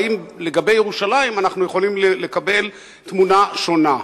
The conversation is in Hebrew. והאם לגבי ירושלים אנחנו יכולים לקבל תמונה שונה?